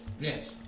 Yes